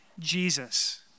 Jesus